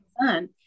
son